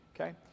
Okay